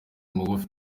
mugufi